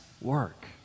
work